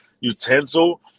utensil